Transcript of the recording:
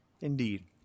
Indeed